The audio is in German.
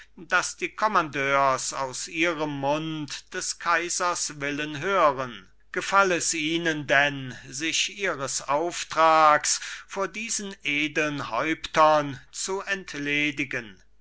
daß die kommandeurs aus ihrem mund des kaisers willen hören gefall es ihnen denn sich ihres auftrags vor diesen edeln häuptern zu entledigen